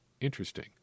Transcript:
Interesting